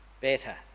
better